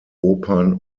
opern